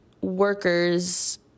workers